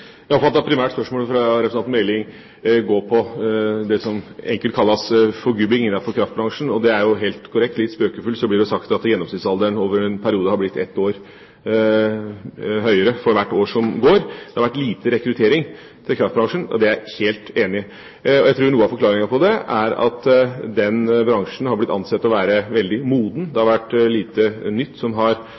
Jeg oppfattet primært at spørsmålet fra representanten Meling går på det som enkelt kalles forgubbing innenfor kraftbransjen. Og det er jo helt korrekt. Litt spøkefullt blir det sagt at gjennomsnittsalderen over en periode har blitt ett år høyere for hvert år som går. Det har vært lite rekruttering til kraftbransjen, det er jeg helt enig i. Jeg tror noe av forklaringen på det er at den bransjen har blitt ansett for å være veldig moden. Det har vært lite nytt